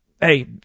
hey